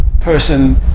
person